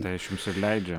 tai aš jums ir leidžiu